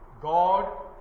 God